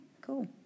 cool